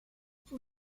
fue